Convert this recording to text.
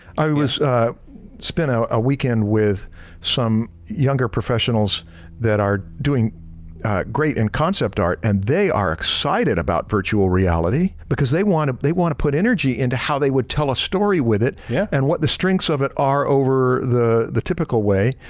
i was spent a weekend with some younger professionals that are doing great in concept art and they are excited about virtual reality because they wanna they wanna put energy into how they would tell a story with it yeah and what the strengths of it are over the the typical way.